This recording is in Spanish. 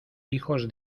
hijos